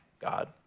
God